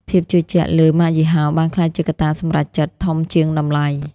ភាពជឿជាក់លើ "ម៉ាកយីហោ" បានក្លាយជាកត្តាសម្រេចចិត្តធំជាងតម្លៃ។